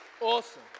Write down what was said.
Awesome